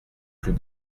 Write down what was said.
plus